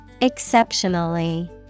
Exceptionally